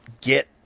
get